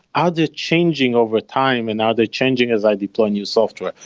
are they changing over time and are they changing as i deploy new software?